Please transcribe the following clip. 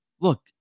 Look